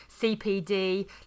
CPD